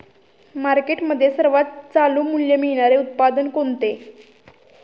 मार्केटमध्ये सर्वात चालू मूल्य मिळणारे उत्पादन कोणते?